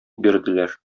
бирделәр